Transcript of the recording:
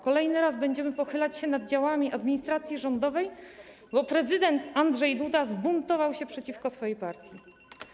Kolejny raz będziemy pochylać się nad działami administracji rządowej, bo prezydent Andrzej Duda zbuntował się przeciwko swojej partii.